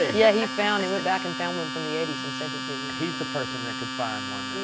yeah, he found it went back and found one from the eighty s and sent it to me. he's the person that could find one that would